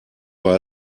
war